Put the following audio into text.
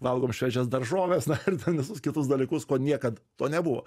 valgom šviežias daržoves na ir ten visus kitus dalykus ko niekad to nebuvo